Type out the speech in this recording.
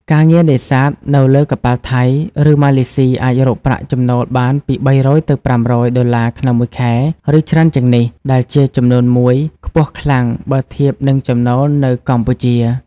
ការងារនេសាទនៅលើកប៉ាល់ថៃ ឬម៉ាឡេស៊ីអាចរកប្រាក់ចំណូលបានពី ៣០០ ទៅ ៥០០ ដុល្លារក្នុងមួយខែ ឬច្រើនជាងនេះ ដែលជាចំនួនមួយខ្ពស់ខ្លាំងបើធៀបនឹងចំណូលនៅកម្ពុជា។